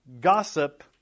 gossip